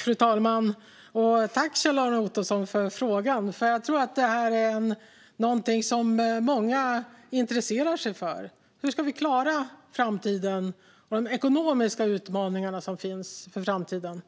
Fru talman! Tack, Kjell-Arne Ottosson, för frågan! Jag tror att det är något som många intresserar sig för. Hur ska vi klara framtiden och de ekonomiska utmaningarna i framtiden?